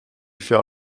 faire